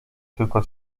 tylko